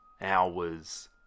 hours